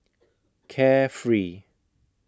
Carefree